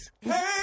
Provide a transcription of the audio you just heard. Hey